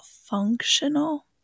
functional